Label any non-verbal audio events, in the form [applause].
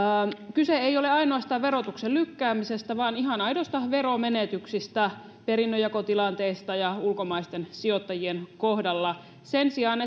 kyse ei ole ainoastaan verotuksen lykkäämisestä vaan ihan aidoista veromenetyksistä perinnönjakotilanteissa ja ulkomaisten sijoittajien kohdalla sen sijaan [unintelligible]